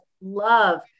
love